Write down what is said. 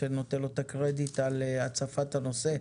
שאני נותן לו את הקרדיט על הצפת הנושא.